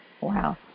Wow